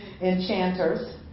enchanters